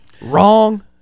wrong